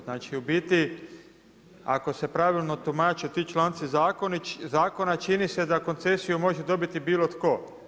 Znači u biti ako se pravilno tumače ti članci zakona čini se da koncesiju može dobiti bilo tko.